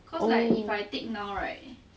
oh